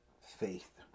faith